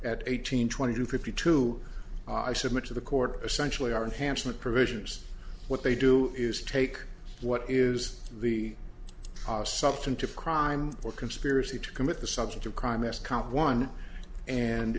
at eighteen twenty two fifty two i submit to the court essentially our enhanced provisions what they do is take what is the substantive crime or conspiracy to commit the subject of crime as count one and